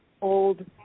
old